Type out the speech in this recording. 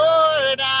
Lord